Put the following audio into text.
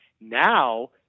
Now